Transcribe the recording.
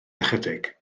ychydig